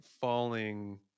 falling